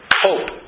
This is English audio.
hope